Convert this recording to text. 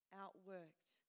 outworked